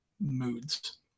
moods